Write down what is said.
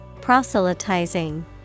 Proselytizing